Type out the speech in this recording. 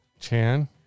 Chan